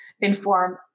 inform